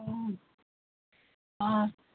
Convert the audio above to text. ও আচ্ছা